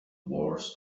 wars